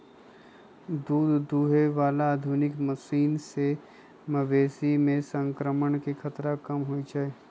दूध दुहे बला आधुनिक मशीन से मवेशी में संक्रमण के खतरा कम होई छै